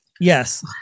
Yes